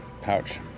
pouch